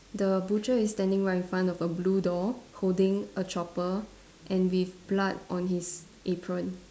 the butcher is standing right in front of a blue door holding a chopper and with blood on his apron